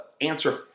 answer